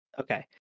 Okay